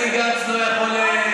אל תדאג לנו.